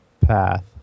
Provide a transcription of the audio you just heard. path